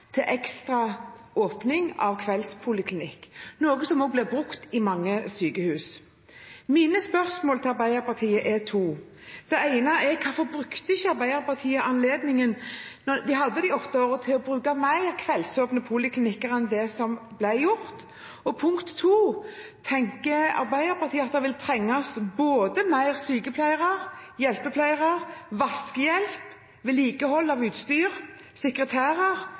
til ekstra åpning av kveldspoliklinikker, noe som også blir brukt i mange sykehus. Mine spørsmål til Arbeiderpartiet er to. Det ene er: Hvorfor brukte ikke Arbeiderpartiet anledningen da de hadde de åtte årene på å bruke mer på kveldsåpne poliklinikker enn det som ble gjort? Punkt to: Tenker Arbeiderpartiet at det vil trenges både flere sykepleiere, hjelpepleiere, vaskehjelp, vedlikehold av utstyr, sekretærer